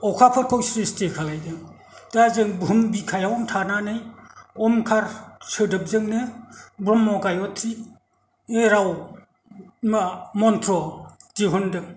अखाफोरखौ स्रिस्ति खालायदों दा जों बुहुम बिखायावनो थानानै अमखार सोदोबजोंनो ब्रह्म गायत्रिनि राव बा मनत्र दिहुनदों